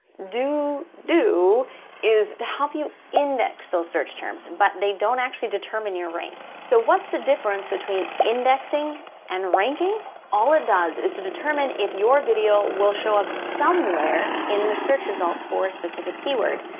do, is to help you index those search terms, and but they don't actually determine your rank. so what's the difference between indexing and ranking all it does is to determine if your video will show up somewhere in the search results for a specific keyword.